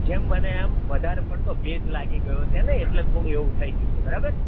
જેમ બને એમ વધારે પડતો ભેજ લાગી ગયો છે ને એટલે થોડું એવું થઈ ગયું છે બરાબર